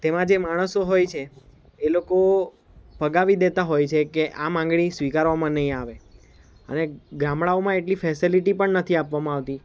તેમાં જે માણસો હોય છે એ લોકો ફગાવી દેતા હોય છે કે આ માંગણી સ્વીકારવામાં નહીં આવે અને ગામડાંઓમાં એટલી ફેસેલીટી પણ નથી આપવામાં આવતી